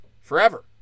forever